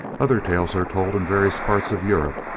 other tales are told in various parts of europe,